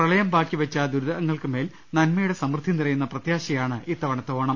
പ്രളയം ബാക്കിവെച്ച ദുരിതങ്ങൾക്കുമേൽ നന്മ യുടെ സമൃദ്ധി നിറയുന്ന പ്രത്യാശയാണ് ഇത്തവണത്തെ ഓണം